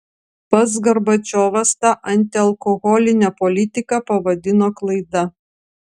pats gorbačiovas tą antialkoholinę politiką pavadino klaida